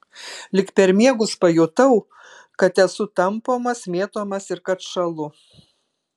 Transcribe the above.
lyg per miegus pajutau kad esu tampomas mėtomas ir kad šąlu